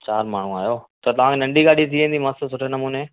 चारि माण्हू आहियो त तव्हांखे नंढी गाॾी थी वेंदी मस्तु सुठे नमूने